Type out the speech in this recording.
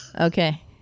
Okay